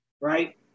Right